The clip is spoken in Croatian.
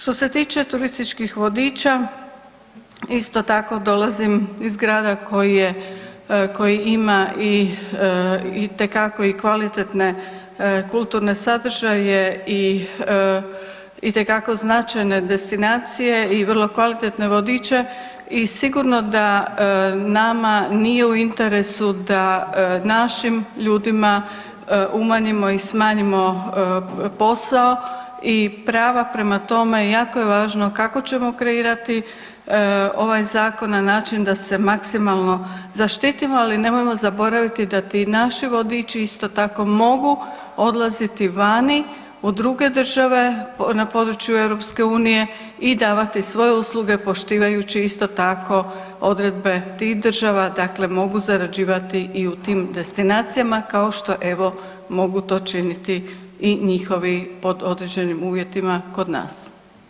Što se tiče turističkih vodiča, isto tako dolazim iz grada koji je, koji ima i itekako i kvalitetne kulturne sadržaje i itekako značajne destinacije i vrlo kvalitetne vodiče i sigurno da nama nije u interesu da našim ljudima umanjimo i smanjimo posao i prava, prema tome jako je važno kako ćemo kreirati ovaj zakon na način da se maksimalno zaštitimo, ali nemojmo zaboraviti da ti naši vodiči isto tako mogu odlaziti vani u druge države na području EU i davati svoje usluge poštivajući isto tako odredbe tih država, dakle mogu zarađivati i u tim destinacijama kao što evo mogu to činiti i njihovi pod određenim uvjetima kod nas.